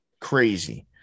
crazy